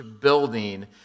building